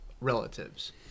relatives